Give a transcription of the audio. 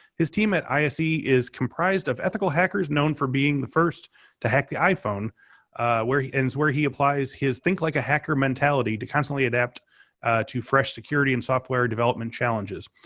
his team at ise is comprised of ethical hackers known for being the first to hack the iphone where he ends where he applies his think like a hacker mentality to constantly adapt to fresh security and software development challenges.